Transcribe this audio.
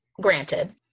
granted